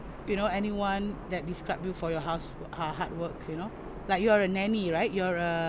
you know anyone that describe you for your house uh hard work you know like you are a nanny right you're a